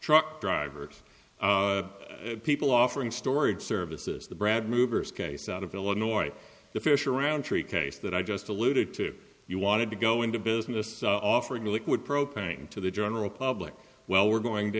truck drivers people offering storage services the brad movers case out of illinois the fish around tree case that i just alluded to you wanted to go into business offering liquid propane to the general public well we're going to